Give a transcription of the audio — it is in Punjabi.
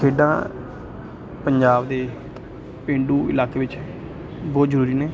ਖੇਡਾਂ ਪੰਜਾਬ ਦੇ ਪੇਂਡੂ ਇਲਾਕੇ ਵਿੱਚ ਬਹੁਤ ਜ਼ਰੂਰੀ ਨੇ